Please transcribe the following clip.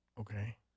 Okay